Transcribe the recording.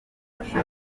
bafashe